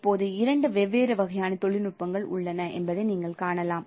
இப்போது இரண்டு வெவ்வேறு வகையான தொழில்நுட்பங்கள் உள்ளன என்பதை நீங்கள் காணலாம்